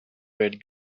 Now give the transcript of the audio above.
red